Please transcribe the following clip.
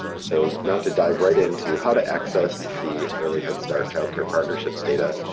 so now to dive right into how to access the early head start child care partnerships data.